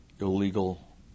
illegal